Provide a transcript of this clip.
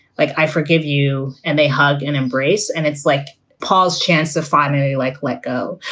like, i forgive you. and they hug and embrace. and it's like paul's chance to finally, like, let go.